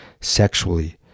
sexually